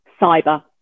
cyber